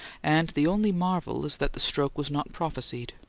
and the only marvel is that the stroke was not prophesied.